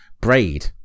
Braid